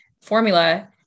formula